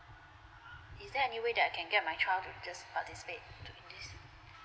is there any way that I can get my child to just participate in this